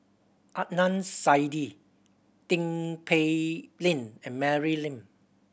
Adnan Saidi Tin Pei Ling and Mary Lim